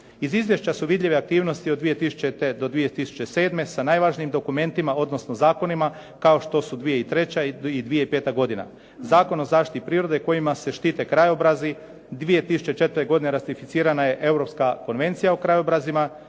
Iz izvješća su vidljive aktivnosti od 2000. do 2007. sa najvažnijim dokumentima, odnosno zakonima kao što su 2003. i 2005. godina. Zakon o zaštiti prirode kojima se štite krajobrazi 2004. godine ratificirana je Europska konvencija o krajobrazima,